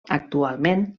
actualment